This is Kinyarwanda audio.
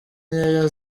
nkeya